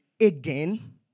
again